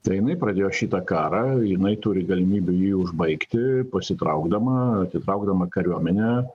tai jinai pradėjo šitą karą jinai turi galimybių jį užbaigti pasitraukdama atitraukdama kariuomenę